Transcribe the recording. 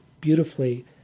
beautifully